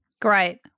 Great